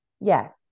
Yes